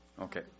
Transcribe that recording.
Okay